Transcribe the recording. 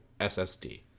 ssd